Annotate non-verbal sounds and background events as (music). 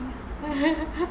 (laughs)